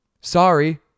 Sorry